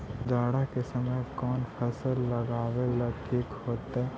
जाड़ा के समय कौन फसल लगावेला ठिक होतइ?